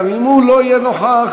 אם גם הוא לא יהיה נוכח,